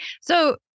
So-